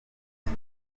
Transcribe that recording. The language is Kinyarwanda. isi